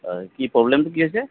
কি প্ৰব্লেমটো কি হৈছে